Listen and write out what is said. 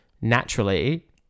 Naturally